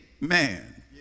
man